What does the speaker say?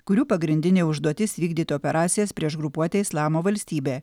kurių pagrindinė užduotis vykdyt operacijas prieš grupuotę islamo valstybė